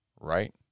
Right